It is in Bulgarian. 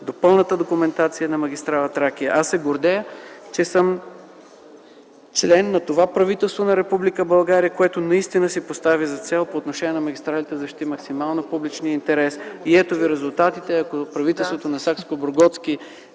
до пълната документация на магистрала „Тракия”. Аз се гордея, че съм член на това правителство на Република България, което наистина си постави за цел по отношение магистралите да защити максимално публичния интерес. И ето ви резултатите! Ако правителството на Сакскобургготски